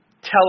Tell